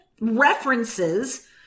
references